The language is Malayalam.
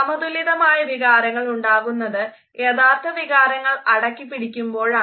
സമതുലിതമായ വികാരങ്ങൾ ഉണ്ടാകുന്നത് യഥാർത്ഥ വികാരങ്ങൾ അടക്കിപ്പിടിക്കുമ്പോഴാണ്